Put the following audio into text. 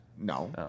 No